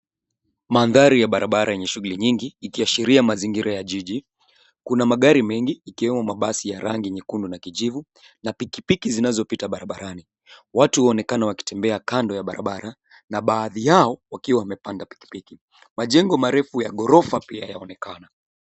Mandhari ya barabara yenye shughuli nyingi ikiashiria mazingira ya jiji. Kuna magari mengi ikiwemo mabasi ya rangi nyekundu na kijivu na pikipiki zinazopita barabarani. Watu waonekana wakitembea kando ya barabara na baadhi yao wakiwa wamepanda pikipiki. Majengo marefu ya ghorofa pia yaonekana .